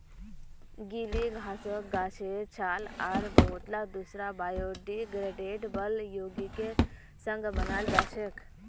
गीली घासक गाछेर छाल आर बहुतला दूसरा बायोडिग्रेडेबल यौगिकेर संग बनाल जा छेक